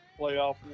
playoff